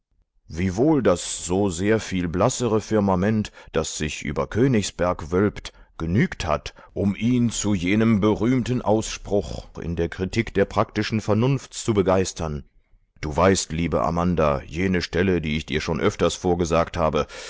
wiewohl das so sehr viel blassere firmament das sich über königsberg wölbt genügt hat um ihn zu jenem berühmten ausspruch in der kritik der praktischen vernunft zu begeistern du weißt liebe amanda jene stelle die ich dir schon öfters vorgesagt habe